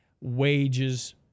wages